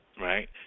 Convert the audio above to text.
right